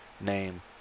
name